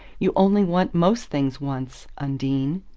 you only want most things once. undine.